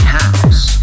house